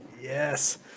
Yes